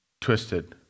twisted